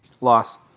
Loss